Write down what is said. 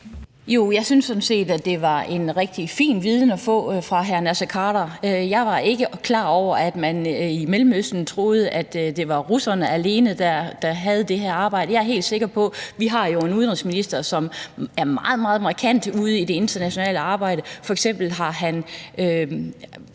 Jo, jeg synes sådan set, at det var en rigtig fin viden at få fra hr. Naser Khader. Jeg var ikke klar over, at man i Mellemøsten tror, at det var russerne alene, der gjorde det her arbejde. Vi har jo en udenrigsminister, som er meget, meget markant i det internationale arbejde – f.eks. har han